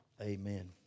amen